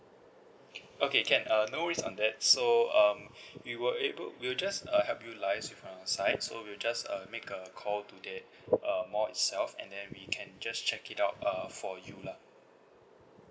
okay can uh no worries on that so um we were able we'll just uh help you liaise with from our side so we'll just uh make a call to that uh mall itself and then we can just check it out uh for you lah